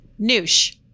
Noosh